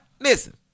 listen